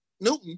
Newton